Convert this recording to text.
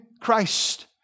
Christ